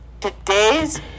today's